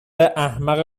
احمق